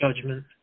judgment